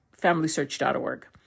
FamilySearch.org